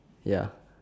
ya